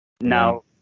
Now